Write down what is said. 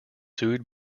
sued